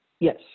Yes